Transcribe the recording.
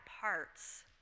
parts